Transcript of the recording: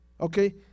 Okay